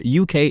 UK